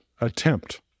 attempt